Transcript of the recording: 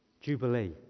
Jubilee